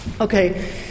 Okay